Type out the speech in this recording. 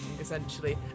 essentially